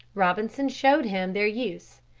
robinson showed him their use.